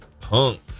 Punk